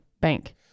bank